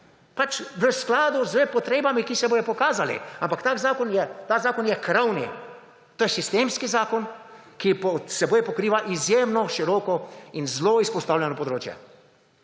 Pač v skladu s potrebami, ki se bodo pokazale, ampak ta zakon je krovni, to je sistemski zakon, ki pokriva izjemno široko in zelo izpostavljeno področje.